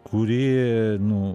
kuri nu